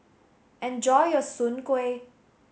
enjoy your Soon Kway